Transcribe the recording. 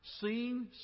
seen